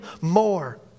more